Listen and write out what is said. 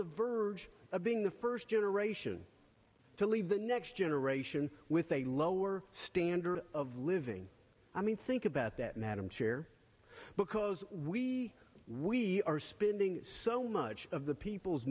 the verge of being the first generation to leave the next generation with a lower standard of living i mean think about that madam chair because we we are spending so much of the people's